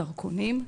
דרכונים,